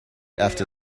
after